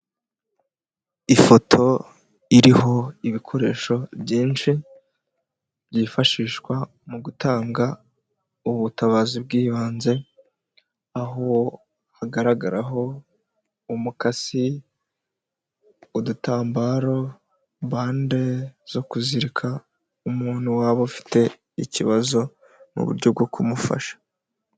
Ifoto iriho ibikoresho byinshi byifashishwa mu gutanga ubutabazi bw'ibanze aho hagaragaraho umukasi, udutambaro, bande zo kuzirika umuntu waba ufite ikibazo mu buryo bwo kumufasha.